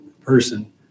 person